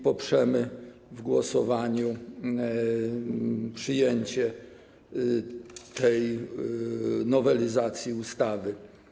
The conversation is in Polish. Poprzemy w głosowaniu przyjęcie tej nowelizacji ustawy.